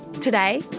Today